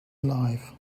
alive